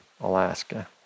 Alaska